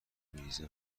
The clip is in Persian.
میریزم